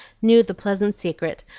knew the pleasant secret,